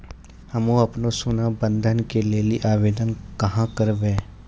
हम्मे आपनौ सोना बंधन के लेली आवेदन कहाँ करवै?